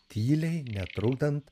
tyliai netrukdant